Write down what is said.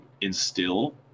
instill